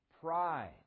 pride